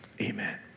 amen